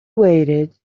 waited